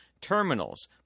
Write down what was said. terminals